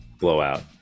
blowout